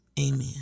Amen